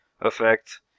effect